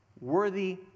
worthy